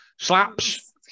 Slaps